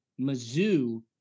Mizzou